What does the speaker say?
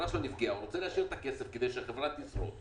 החברה שלו נפגעה והוא רוצה להשאיר את הכסף כדי שהחברה תשרוד.